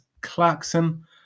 clarkson